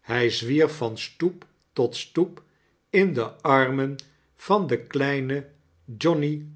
hij zwierf van stoep tot stoep in de armen van den klednein johnny